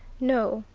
no,